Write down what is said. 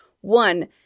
One